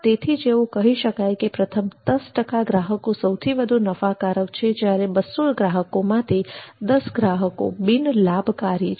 તેથી જ એવું કહી શકાય કે પ્રથમ ૧૦ ટકા ગ્રાહકો સૌથી વધુ નફાકારક છે જ્યારે 200 ગ્રાહકોમાંથી 10 ગ્રાહકો બિન લાભકારી છે